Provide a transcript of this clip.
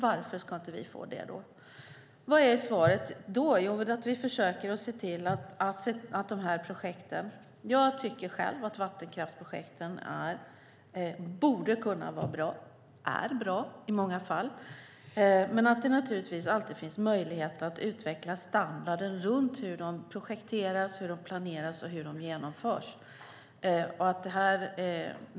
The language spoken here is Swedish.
Varför ska vi inte få det då? Vad blir svaret då? Jo, att vi försöker få till dessa projekt. Jag tycker att vattenkraftsprojekten är bra i många fall, men det finns alltid möjlighet att utveckla standarden för hur de projekteras, planeras och genomförs.